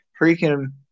Freaking